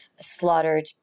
slaughtered